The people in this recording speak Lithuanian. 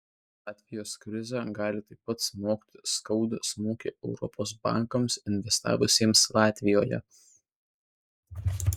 latvijos krizė gali taip pat smogti skaudų smūgį europos bankams investavusiems latvijoje